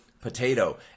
Potato